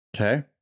Okay